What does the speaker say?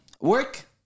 Work